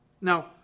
Now